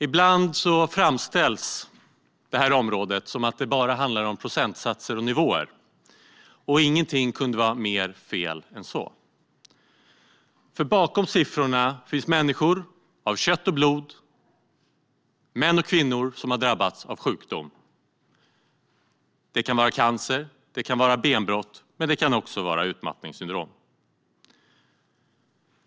Ibland framställs området som att det bara handlar om procentsatser och nivåer. Ingenting kunde vara mer fel än så. Bakom siffrorna finns människor av kött och blod, män och kvinnor som har drabbats av sjukdom. Det kan vara cancer, det kan vara benbrott, men det kan också vara utmattningssyndrom.